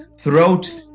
throughout